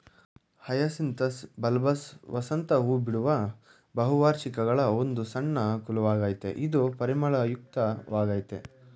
hyacinthus bulbous ವಸಂತ ಹೂಬಿಡುವ ಬಹುವಾರ್ಷಿಕಗಳ ಒಂದು ಸಣ್ಣ ಕುಲವಾಗಯ್ತೆ ಇದು ಪರಿಮಳಯುಕ್ತ ವಾಗಯ್ತೆ